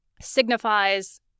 signifies